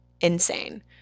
Insane